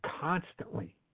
constantly